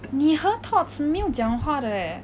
你和 todds 没有讲话的 leh